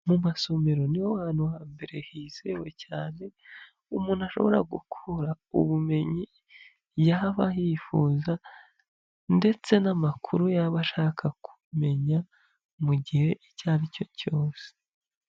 Mu masomero niho hantu ha mbere hizewe cyane umuntu ashobora gukura ubumenyi yaba yifuza ndetse n'amakuru yaba ashaka kumenya mu gihe icyo ari cyo cyose.